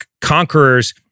conquerors